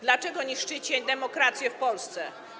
Dlaczego niszczycie demokrację w Polsce?